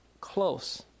close